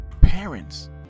parents